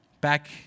Back